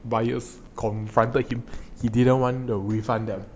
buyers confronted him he didn't want to refund them